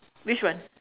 which one